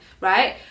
right